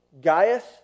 Gaius